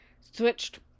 switched